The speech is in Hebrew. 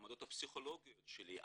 העמדות הפסיכולוגיות שלי,